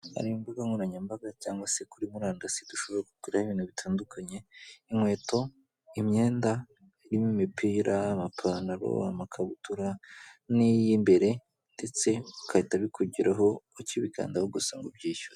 Hari imbuga nkoranyambaga cyangwa se kuri murandasi dushobora kuguraho ibintu bitandukanye: inkweto, imyenda irimo imipira, amapantaro, amakabutura n'iy'imbere ndetse igahita bikugeraho ukibikandaho gusa ngo ubyishyure.